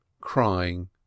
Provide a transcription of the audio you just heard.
crying